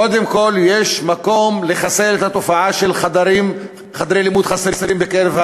קודם כול יש מקום לחסל את התופעה של חוסר בחדרי לימוד בקרב,